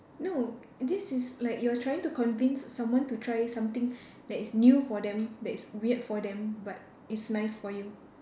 no this is like you are trying to convince someone to try something that is new for them that is weird for them but it's nice for you